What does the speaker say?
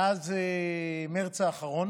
מאז מרץ האחרון